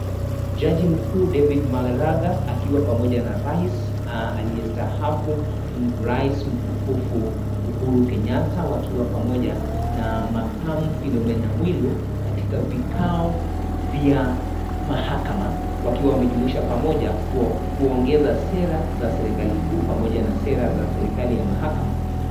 Jaji mkuu David Maraga akiwa pamoja na rais aliyestahafu rais mtukufu Uhuru Kenyatta wakiwa pamoja na makamu Filomena Muilu katika makao ya mahakama wakiwa wamejumuisha pamoja kuongeza sera za serikali kuu pamoja na sera za serikali ya mahakama.